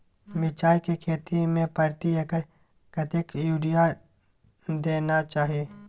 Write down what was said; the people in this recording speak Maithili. मिर्चाय के खेती में प्रति एकर कतेक यूरिया देना चाही?